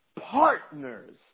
partners